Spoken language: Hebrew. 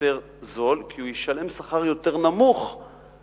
יותר זול כי הוא ישלם שכר יותר נמוך לגננת.